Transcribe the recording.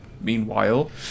Meanwhile